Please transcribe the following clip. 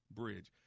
bridge